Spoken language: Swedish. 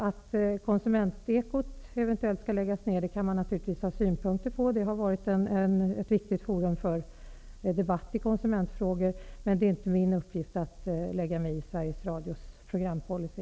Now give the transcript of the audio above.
Att Konsumentekot eventuellt skall läggas ned, kan man naturligtvis ha synpunkter på. Det har varit ett viktigt forum för debatt i konsumentfrågor. Men det är inte min uppgift att lägga mig i Sveriges radios programpolicy.